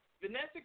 Vanessa